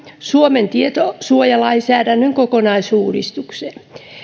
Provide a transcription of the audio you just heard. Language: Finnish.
suomen tietosuojalainsäädännön kokonaisuudistukseen